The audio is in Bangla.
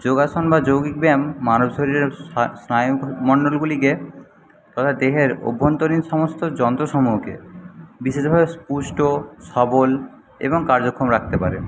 যোগাসন বা যৌগিক ব্যায়াম মানব শরীরের স্নায়ুমণ্ডলগুলিকে দেহের অভ্যন্তরীণ সমস্ত যন্ত্রসমূহকে বিশেষভাবে পুষ্ট সবল এবং কার্যক্ষম রাখতে পারে